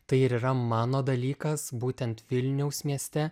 tai ir yra mano dalykas būtent vilniaus mieste